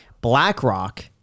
BlackRock